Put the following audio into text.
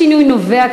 השינוי נובע,